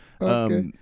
Okay